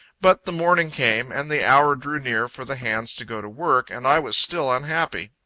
but the morning came, and the hour drew near for the hands to go to work, and i was still unhappy.